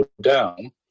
down